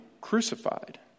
crucified